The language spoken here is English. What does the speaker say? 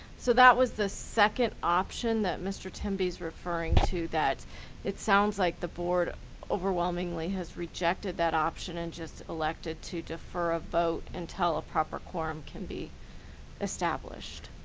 so that was the second option that mr. temby's referring to, that it sounds like the board overwhelmingly has rejected that option and just elected to defer a vote until a proper quorum can be established,